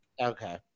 Okay